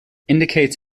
indicates